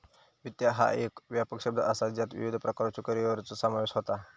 वित्त ह्या एक व्यापक शब्द असा ज्यात विविध प्रकारच्यो करिअरचो समावेश होता